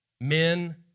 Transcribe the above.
Men